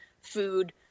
food